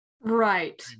right